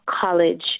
college